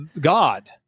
God